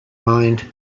mind